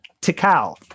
Tikal